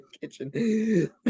kitchen